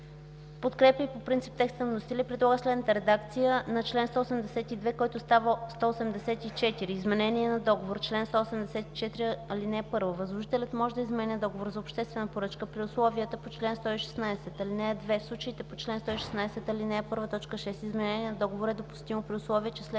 подкрепя по принцип текста на вносителя и предлага следната редакция на чл. 182, който става чл. 184: „Изменение на договор Чл. 184. (1) Възложителят може да изменя договор за обществена поръчка при условията на чл. 116. (2) В случаите по чл. 116, ал. 1, т. 6 изменение на договор е допустимо, при условие че след